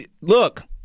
look